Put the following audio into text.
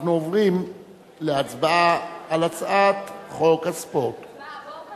אנחנו עוברים להצבעה טרומית על הצעת חוק הספורט (תיקון,